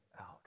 out